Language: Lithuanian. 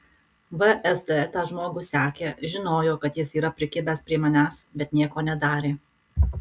vsd tą žmogų sekė žinojo kad jis yra prikibęs prie manęs bet nieko nedarė